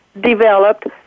developed